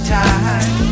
time